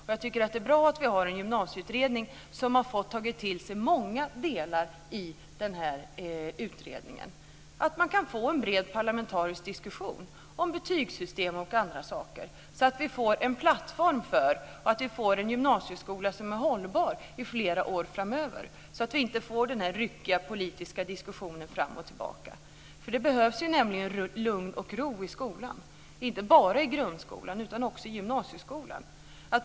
Det är bra att vi har en gymnasieutredning som har tagit till sig många delar och att man få en bred parlamentarisk diskussion om betygssystem och andra saker. Vi måste få en plattform och en gymnasieskola som är hållbar i flera år framöver så att vi inte får en ryckig politisk diskussion fram och tillbaka. Det behövs lugn och ro i skolan. Det gäller inte bara grundskolan utan också gymnasieskolan.